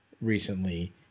recently